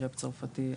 קרפ צרפתי,